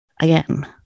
Again